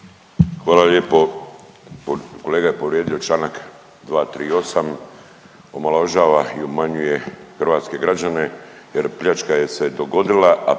Hvala lijepo. Kolega je povrijedio čl. 238. omalovažava i obmanjuje hrvatske građane jer pljačka je se dogodila,